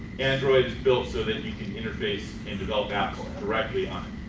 android is built so that you can interface and develop apps directly on it.